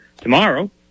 tomorrow